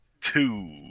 two